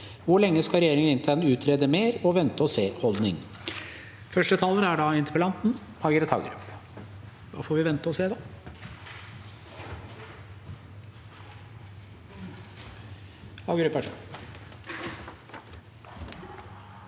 Hvor lenge skal regjeringen innta en utrede mer og vente og se-holdning?»